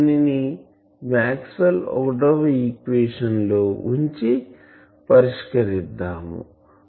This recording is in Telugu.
దీనిని మాక్స్వెల్ ఒకటవ ఈక్వేషన్ లో ఉంచి పరిష్కరిద్దాము